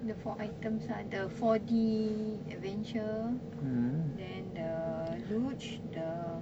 the four items ah the four D adventure then the luge the